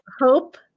Hope